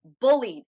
bullied